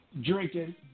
drinking